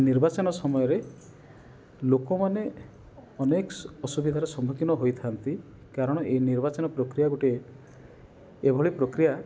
ନିର୍ଵାଚନ ସମୟରେ ଲୋକମାନେ ଅନେକ ଅସୁବିଧାର ସମ୍ମୁଖୀନ ହୋଇଥାନ୍ତି କାରଣ ଏଇ ନିର୍ଵାଚନ ପ୍ରକ୍ରିୟା ଗୋଟିଏ ଏଭଳି ପ୍ରକ୍ରିୟା